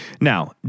Now